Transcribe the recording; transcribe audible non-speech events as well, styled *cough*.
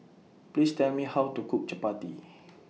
Please Tell Me How to Cook Chappati *noise*